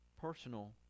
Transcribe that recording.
personal